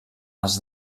els